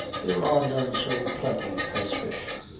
there are none so plenty as fish.